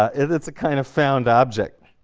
ah it's a kind of found object.